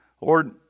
Lord